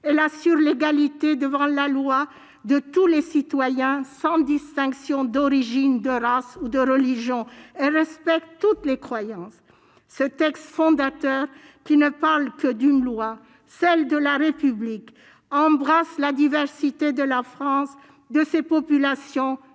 Elle assure l'égalité devant la loi de tous les citoyens sans distinction d'origine, de race ou de religion. Elle respecte toutes les croyances. » Ce texte fondateur, qui ne parle que d'une loi, celle de la République, embrasse la diversité de la France, de ses populations